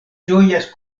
ĝojas